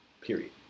period